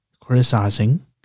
criticizing